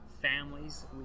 families